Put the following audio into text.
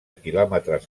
quilòmetres